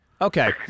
Okay